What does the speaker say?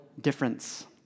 difference